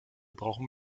brauchen